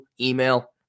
email